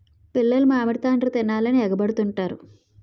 పిల్లలు మామిడి తాండ్ర తినాలని ఎగబడుతుంటారు